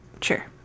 Sure